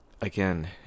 again